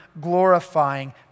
glorifying